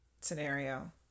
scenario